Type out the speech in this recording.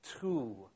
two